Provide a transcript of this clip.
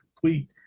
complete